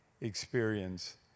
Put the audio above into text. experience